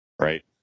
Right